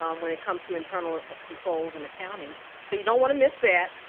um when it comes to internal controls and accounting. so you don't want to miss that.